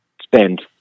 spend